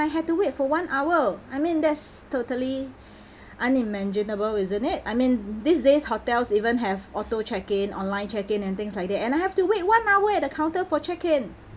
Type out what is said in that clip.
I had to wait for one hour I mean that's totally unimaginable isn't it I mean these days hotels even have auto check in online check in and things like that and I have to wait one hour at the counter for check in